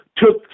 took